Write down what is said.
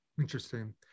Interesting